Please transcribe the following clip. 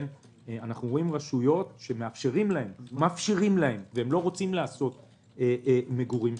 אנחנו רואים רשויות שמאפשרים להן והן לא רוצות לעשות מגורים.